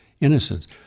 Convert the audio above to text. innocence